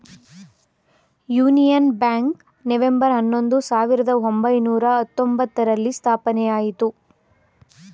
union Bank November ಹನ್ನೊಂದು, ಸಾವಿರದ ಒಂಬೈನೂರ ಹತ್ತೊಂಬ್ತರಲ್ಲಿ ಸ್ಥಾಪನೆಯಾಯಿತು